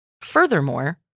Furthermore